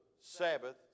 Sabbath